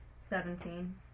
Seventeen